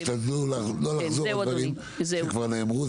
תשתדלו לא לחזור על דברים שכבר נאמרו.